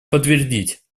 подтвердить